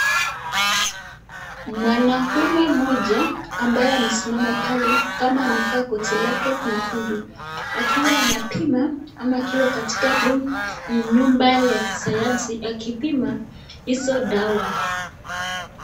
Mwanaume mmoja ,ambaye amesimama pale kama amevaa koti lake nyekundu ,akiwa anapima ama akiwa katika room nyumba ya kisayansi akipima izo dawa .